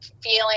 feeling